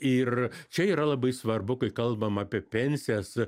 ir čia yra labai svarbu kai kalbam apie pensijas